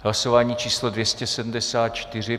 Hlasování číslo 274.